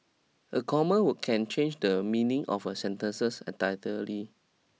a comma can change the meaning of a sentences entirely